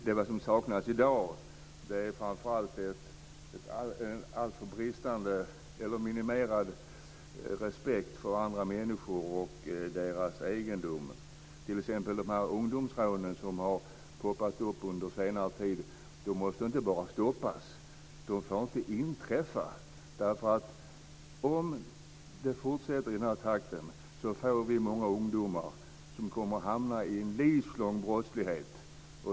Det som saknas i dag är framför allt en minimerad respekt för andra människor och deras egendom. T.ex. måste ungdomsrånen som har poppat upp under senare tid inte bara stoppas - de får inte inträffa. Om det fortsätter i den här takten får vi många ungdomar som kommer att hamna i en livslång brottslighet.